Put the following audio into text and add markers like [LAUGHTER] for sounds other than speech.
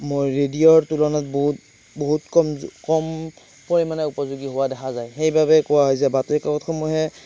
[UNINTELLIGIBLE] ৰেডিঅ'ৰ তুলনাত বহুত বহুত কম [UNINTELLIGIBLE] কমকৈ মানে উপযোগী হোৱা দেখা যায় সেইবাবে কোৱা হয় যে বাতৰি কাকতসমূহে